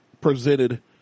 presented